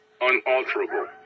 unalterable